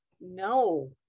no